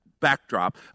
backdrop